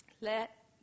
Let